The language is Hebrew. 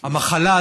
המחלה,